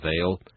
veil